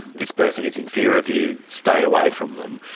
this person is in fear of you, stay away from them.